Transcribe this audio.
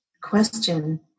question